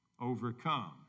overcome